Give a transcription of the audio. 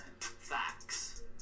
Facts